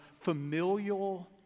familial